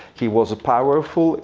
he was powerful.